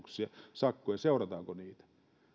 sakkoja seurataanko niitä